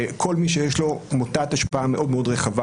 כל מי שיש לו מוטת השפעה מאוד מאוד רחבה,